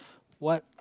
what